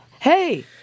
Hey